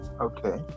Okay